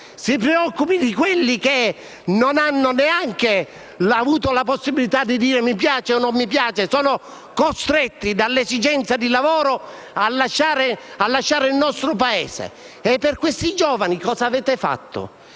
Si preoccupi di quelli che non hanno neanche avuto la possibilità di dire mi piace o non mi piace, ma sono stati costretti dalle esigenze di lavoro a lasciare il nostro Paese! Per questi giovani cosa avete fatto?